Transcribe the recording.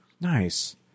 nice